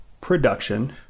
production